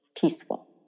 peaceful